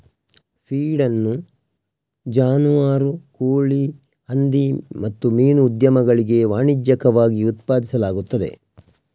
feed ಅನ್ನು ಜಾನುವಾರು, ಕೋಳಿ, ಹಂದಿ ಮತ್ತು ಮೀನು ಉದ್ಯಮಗಳಿಗೆ ವಾಣಿಜ್ಯಿಕವಾಗಿ ಉತ್ಪಾದಿಸಲಾಗುತ್ತದೆ